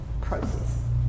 process